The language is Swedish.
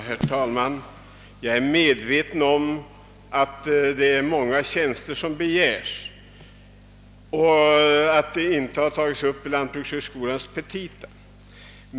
Herr talman! Jag är medveten om att man begär tillsättande av många tjänster, och jag vet också att den tjänst jag talat för inte har tagits upp i lantbrukshögskolans petita.